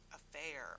Affair